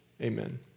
Amen